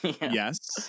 Yes